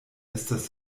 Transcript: estas